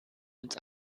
ins